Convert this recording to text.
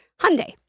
Hyundai